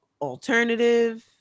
alternative